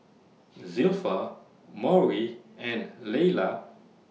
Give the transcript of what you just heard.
Zilpha Maury and Leila